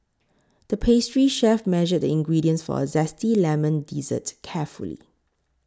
the pastry chef measured the ingredients for a Zesty Lemon Dessert carefully